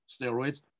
steroids